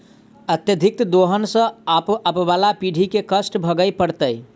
अत्यधिक दोहन सँ आबअबला पीढ़ी के कष्ट भोगय पड़तै